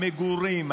המגורים,